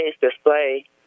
display